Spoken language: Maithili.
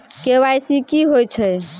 के.वाई.सी की होय छै?